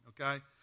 Okay